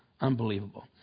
unbelievable